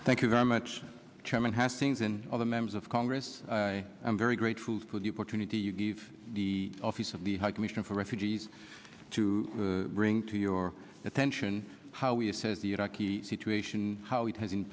thank you very much chairman has things and other members of congress i'm very grateful for the opportunity you gave the office of the high commission for refugees to bring to your attention how we assess the iraqi situation how it has